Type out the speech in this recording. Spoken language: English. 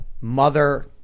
mother